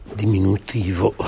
diminutivo